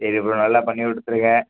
சரி ப்ரோ நல்லா பண்ணிக் கொடுத்துருங்க